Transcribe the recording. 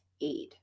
aid